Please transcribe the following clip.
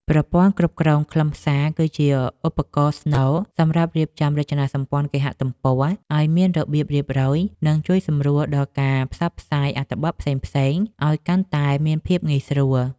ប្រព័ន្ធគ្រប់គ្រងខ្លឹមសារគឺជាឧបករណ៍ស្នូលសម្រាប់រៀបចំរចនាសម្ព័ន្ធគេហទំព័រឱ្យមានរបៀបរៀបរយ និង ជួយសម្រួលដល់ការផ្សព្វផ្សាយអត្ថបទផ្សេងៗឱ្យកាន់តែមានភាពងាយស្រួល។